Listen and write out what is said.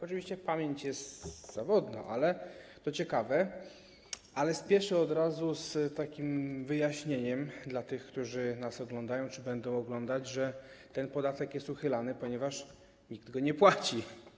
Oczywiście pamięć jest zawodna, to ciekawe, ale spieszę od razu z wyjaśnieniem dla tych, którzy nas oglądają czy będą oglądać, że ten podatek jest uchylany, ponieważ nikt go nie płaci.